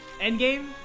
Endgame